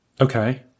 Okay